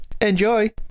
Enjoy